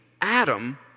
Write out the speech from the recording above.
Adam